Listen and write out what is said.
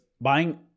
buying